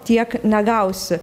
tiek negausi